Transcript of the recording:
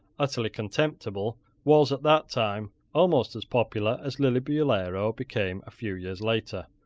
utterly contemptible, was, at that time, almost as popular as lillibullero became a few years later.